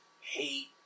Hate